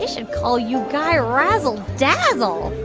should call you guy razzle-dazzle.